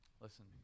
Listen